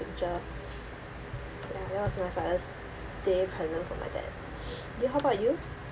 picture ya that was my father's day present for my dad then how about you